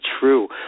true